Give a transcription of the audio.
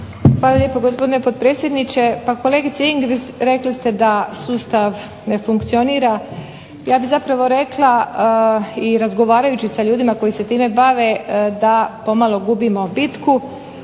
Hvala lijepo, gospodine potpredsjedniče. Pa kolegice Ingrid rekli ste da sustava ne funkcionira. Ja bih zapravo rekla i razgovarajući sa ljudima koji se time bave da pomalo gubimo bitku.